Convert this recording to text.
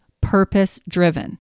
purpose-driven